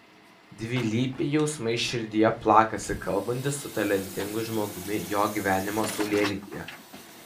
dvilypiai jausmai širdyje plakasi kalbantis su talentingu žmogumi jo gyvenimo saulėlydyje